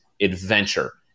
adventure